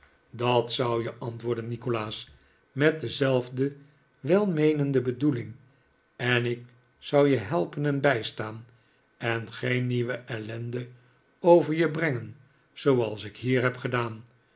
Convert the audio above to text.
dat zou je antwoordde nikolaas met dezelfde welmeenende bedoeling en ik zou je helpen en bijstaan en geen nieuwe ellende over je brengen zooals ik hier heb gedaan